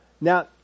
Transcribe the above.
Now